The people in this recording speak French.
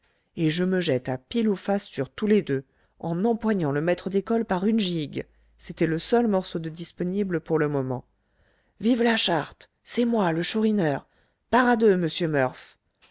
et je me jette à pile ou face sur tous les deux en empoignant le maître d'école par une gigue c'était le seul morceau de disponible pour le moment vive la charte c'est moi le chourineur part à deux monsieur